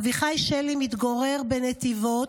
אביחי שלי מתגורר בנתיבות,